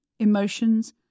Emotions